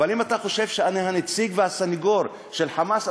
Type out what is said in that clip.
אבל אם אתה חושב שאני הנציג והסנגור של "חמאס",